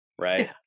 right